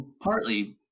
partly